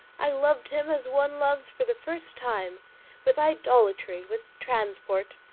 i loved him as one loves for the first time with idolatry, with transport.